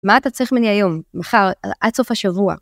מה אתה צריך ממני היום, מחר, עד סוף השבוע.